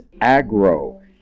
Agro